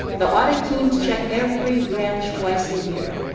the audit team checked every branch twice a year.